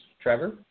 Trevor